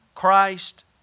Christ